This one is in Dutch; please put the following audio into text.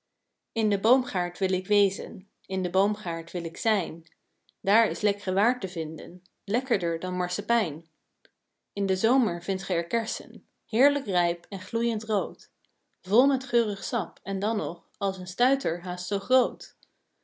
in den boomgaard wil ik wezen in den boomgaard wil ik zijn daar is lekk're waar te vinden lekkerder dan marsepijn in den zomer vindt ge er kersen heerlijk rijp en gloeiend rood vol met geurig sap en dan nog als een stuiter haast zoo groot